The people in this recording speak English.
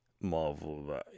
Marvel